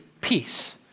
peace